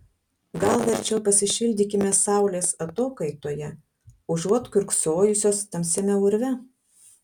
gal verčiau pasišildykime saulės atokaitoje užuot kiurksojusios tamsiame urve